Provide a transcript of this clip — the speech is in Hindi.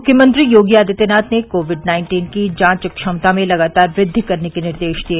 मुख्यमंत्री योगी आदित्यनाथ ने कोविड नाइन्टीन की जांच क्षमता में लगातार व्रद्वि करने के निर्देश दिए